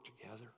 together